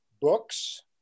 Books